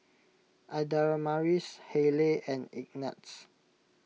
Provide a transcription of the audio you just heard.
Adamaris Hayleigh and Ignatz